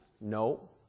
No